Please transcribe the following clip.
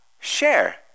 share